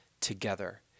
together